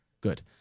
Good